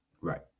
right